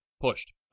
pushed